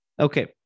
Okay